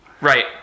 right